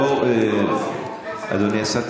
בוא, אדוני השר.